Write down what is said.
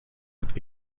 with